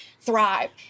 thrive